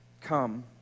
Come